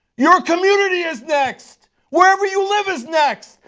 your community is next. wherever you live is next.